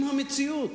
עם המציאות.